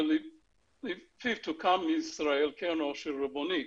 ולפיו תוקם בישראל קרן עושר ריבונית.